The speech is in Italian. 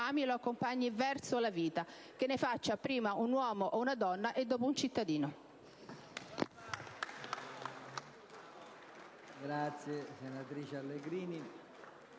e lo accompagni verso la vita e che ne faccia prima un uomo o una donna e dopo un cittadino.